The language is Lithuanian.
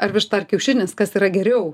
ar višta ar kiaušinis kas yra geriau